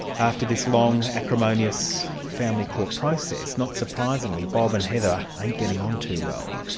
after this long, acrimonious family court process, not surprisingly bob and heather ain't getting on too well.